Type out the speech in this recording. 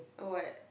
oh what